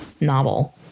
novel